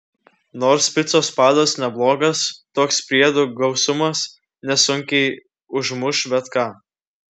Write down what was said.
nors picos padas neblogas toks priedų gausumas nesunkiai užmuš bet ką